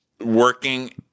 working